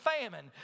famine